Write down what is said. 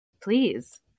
Please